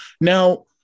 Now